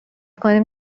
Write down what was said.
کنیم